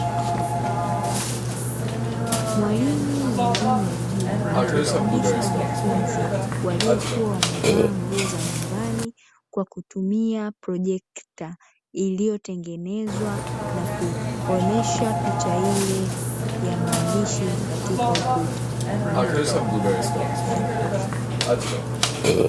Mwalimu wa elimu ya juu akiwafundisha waliokuwa wamevaa nguo za nyumbani kwa kutumia projekta iliyotengenezwa na kuonyesha picha ile ya maandishi katika ukuta.